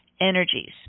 energies